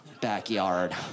backyard